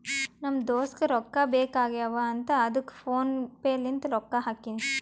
ನಮ್ ದೋಸ್ತುಗ್ ರೊಕ್ಕಾ ಬೇಕ್ ಆಗೀವ್ ಅಂತ್ ಅದ್ದುಕ್ ಫೋನ್ ಪೇ ಲಿಂತ್ ರೊಕ್ಕಾ ಹಾಕಿನಿ